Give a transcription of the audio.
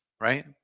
Right